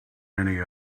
many